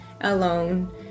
alone